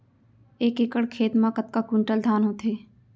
एक एकड़ खेत मा कतका क्विंटल धान होथे?